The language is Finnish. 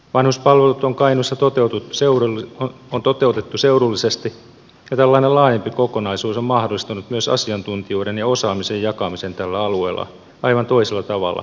panos valuu tunkkainen se toteutui seuran vanhuspalvelut on kainuussa toteutettu seudullisesti ja tällainen laajempi kokonaisuus on mahdollistanut myös asiantuntijoiden ja osaamisen jakamisen tällä alueella aivan toisella tavalla kuntakohtaisuuteen verrattuna